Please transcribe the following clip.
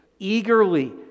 eagerly